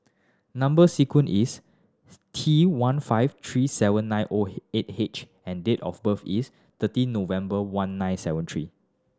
number sequence is T one five three seven nine O eight H and date of birth is thirty November one nine seven three